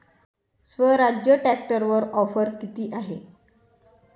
स्वराज्य ट्रॅक्टरवर ऑफर किती आहे?